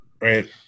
right